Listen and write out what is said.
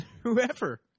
whoever